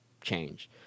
change